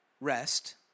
rest